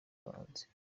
bahanzi